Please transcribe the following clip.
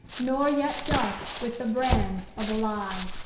nor yet dark with the brand of a lie.